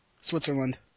Switzerland